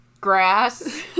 grass